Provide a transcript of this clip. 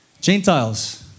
Gentiles